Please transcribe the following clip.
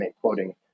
quoting